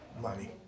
Money